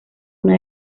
una